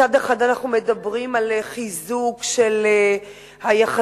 מצד אחד אנחנו מדברים על חיזוק של היחסים